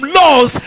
laws